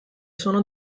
sono